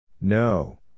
No